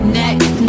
next